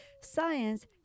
science